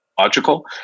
logical